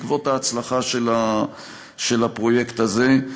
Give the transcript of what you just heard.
בעקבות ההצלחה של הפרויקט הזה.